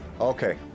Okay